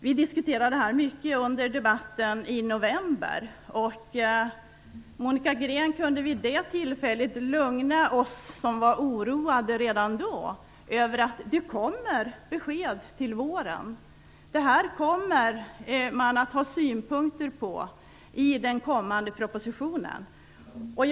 Vi diskuterade det här mycket under debatten i november, och Monica Green kunde vid det tillfället lugna oss som var oroade redan då med att det skulle komma besked till våren. Det här kommer man att ha synpunkter på i den kommande propositionen, sade hon.